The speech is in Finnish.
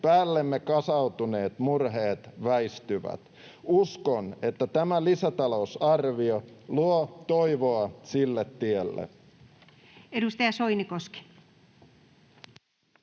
päällemme kasautuneet murheet väistyvät. Uskon, että tämä lisätalousarvio luo toivoa sille tielle.